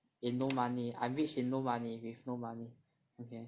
and no money I rich with no money with no money okay